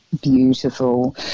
beautiful